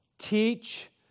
teach